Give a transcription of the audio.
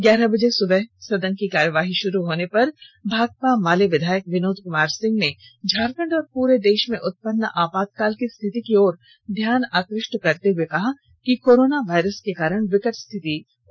ग्यारह बजे सुबह सदन की कार्यवाही शुरू होने पर भाकपा माले विधायक विनोद कुमार सिंह ने झारखंड और पूरे देश में उत्पन्न आपातकाल की स्थिति की ओर ध्यान आकृष्ट करते हुए कहा कि कोरोना वायरस के कारण विकट स्थिति उत्पन्न हो गई है